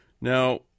Now